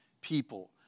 people